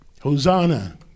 Hosanna